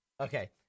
okay